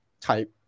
type